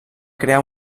crear